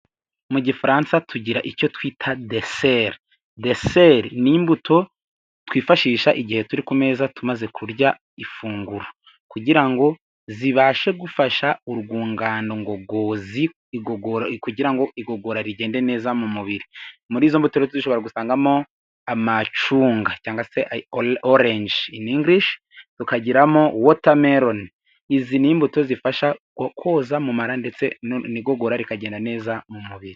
Mu gifaransa tugira icyo twita deseri, deseri n'imbuto twifashisha igihe turi ku meza tumaze kurya ifunguro, kugira ngo zibashe gufasha urwungano ngogozi igogora kugirango ngo igogora rigende neza mu mubiri, muri izo mbuto dushobora gusangamo amacunga cyangwa se orenji ini ingirishi, tukagiramo watermeloni, izi ni imbuto zifasha koza mu mara ndetse n'igogora rikagenda neza mu mubiri.